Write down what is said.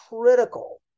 critical